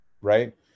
Right